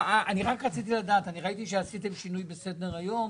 אני רק רציתי לדעת, ראיתי שעשיתם שינוי בסדר היום.